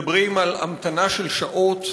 מדברים על המתנה של שעות,